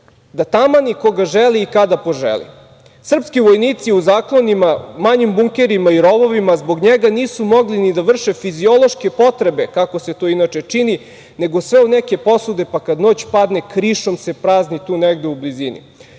da tamani koga želi i kada poželi. Srpski vojnici u zaklonima, manjim bunkerima i rovovima zbog njega nisu mogli ni da vrše fiziološke potrebe, kako se to inače čini, nego sve u neke posude, pa kada noć padne krišom se prazni tu negde u blizini.